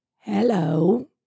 Hello